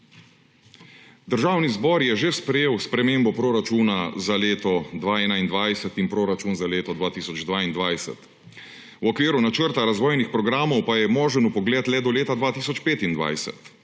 Državni zbor je že sprejel spremembo proračuna za leto 2021 in proračun za leto 2022. V okviru načrta razvojnih programov pa je možen vpogled le do leta 2025.